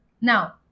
now